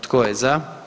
Tko je za?